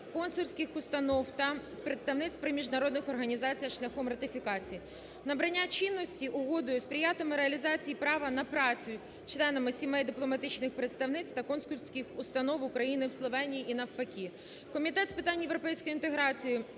консульських установ та представництв при міжнародних організаціях шляхом ратифікації. Набрання чинності угодою сприятиме реалізації права на працю членами сімей дипломатичних представництв та консульських установ України в Словенії і навпаки. Комітет з питань європейської інтеграції